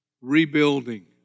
rebuilding